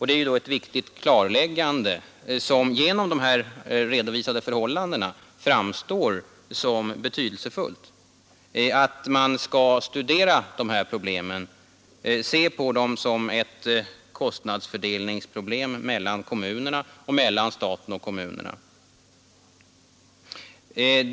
Det är ett viktigt klarläggande, som genom de här redovisade förhållandena framstår som särskilt betydelsefullt, att man skall studera den här frågan och se på den som en fråga om kostnadsfördelningen mellan kommunerna och mellan staten och kommunerna.